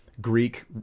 Greek